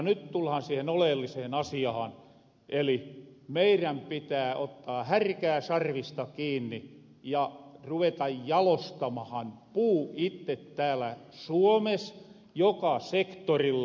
nyt tullahan siihen oleelliseen asiahan eli meirän pitää ottaa härkää sarvista kiinni ja ruveta jalostamahan puu itte täällä suomes joka sektorilla